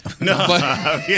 No